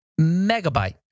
megabyte